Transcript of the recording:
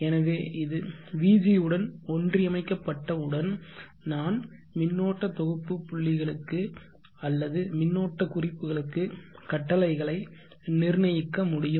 எனவே இது vg உடன் ஒன்றியமைக்கப்பட்டவுடன் நான் மின்னோட்ட தொகுப்பு புள்ளிகளுக்கு அல்லது மின்னோட்ட குறிப்புகளுக்கு கட்டளைகளை நிர்ணயிக்க முடியும்